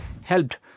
helped